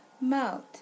mouth